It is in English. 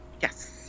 yes